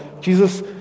Jesus